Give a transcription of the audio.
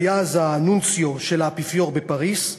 שהיה אז הנונציו של האפיפיור בפריז.